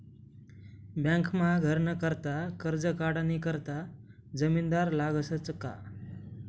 बँकमा घरनं करता करजं काढानी करता जामिनदार लागसच का